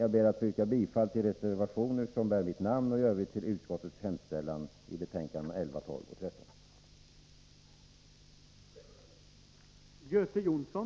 Jag ber att få yrka bifall till de reservationer som bär mitt namn och i övrigt bifall till utskottets hemställan i betänkandena 11, 12 och 13.